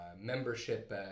membership